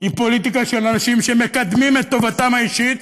היא פוליטיקה של אנשים שמקדימים את טובתם האישית